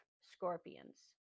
scorpions